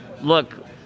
look